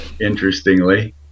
interestingly